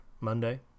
Monday